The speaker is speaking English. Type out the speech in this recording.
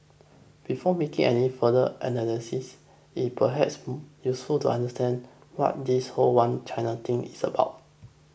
before making any further analysis it perhaps useful to understand what this whole One China thing is about